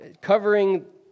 covering